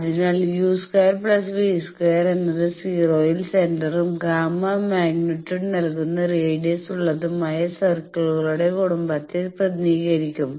അതിനാൽ u2v2 എന്നത് 0 ൽ സെന്ററും ഗാമാ മാഗ്നിറ്റ്യൂഡ് നൽകുന്ന റേഡിയസ് ഉള്ളതുമായ സർക്കിളുകളുടെ കുടുംബത്തെ പ്രതിനിധീകരിക്കും